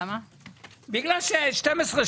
12,